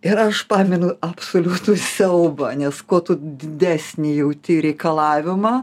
ir aš pamenu absoliutų siaubą nes kuo didesnį jauti reikalavimą